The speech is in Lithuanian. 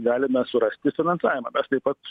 galime surasti finansavimą mes taip pat